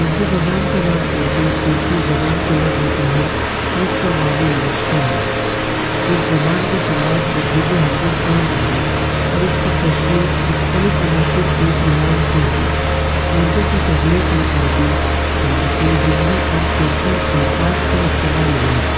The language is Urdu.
اردو زبان کا نام اردو ترکی زبان کے لفظ سے ہے جس کا معنی لشکر ہے اس زبان کی شروعات مغربی ہندوستان میں ہوئی اور اس کی تشکیل مختلف عناصر کے ملان سے ہوئی اردو کی تخلیق میں عربی فارسی ہندی اور ترکی الفاظ کا استعمال ہوا ہے